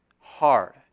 hard